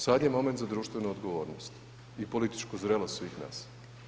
Sad je moment za društvenu odgovornost i političku zrelost svih nas.